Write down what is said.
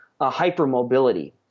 hypermobility